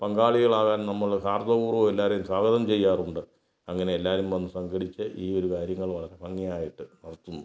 പങ്കാളികളാകാൻ നമ്മൾ ഹാർദവ പൂർവ്വം എല്ലാവരെയും സ്വാഗതം ചെയ്യാറുണ്ട് അങ്ങനെ എല്ലാവരും വന്ന് സങ്കടിച്ച് ഈ ഒരു കാര്യങ്ങൾ വളരെ ഭംഗിയായിട്ട് നടത്തുന്നു